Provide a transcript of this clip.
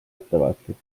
ettevaatlik